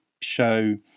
show